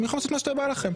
אתם יכולים לעשות מה שבא לכם,